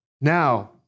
Now